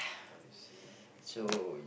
I see okay